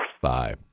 Bye